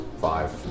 Five